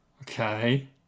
Okay